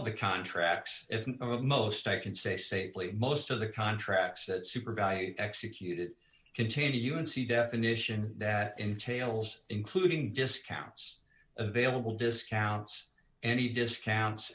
of the contracts most i can say safely most of the contracts that supervise executed continue u n c definition that entails including discounts available discounts any discounts